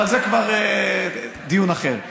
אבל זה כבר דיון אחר.